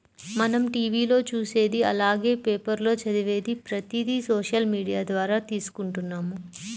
మనం టీవీ లో చూసేది అలానే పేపర్ లో చదివేది ప్రతిది సోషల్ మీడియా ద్వారా తీసుకుంటున్నాము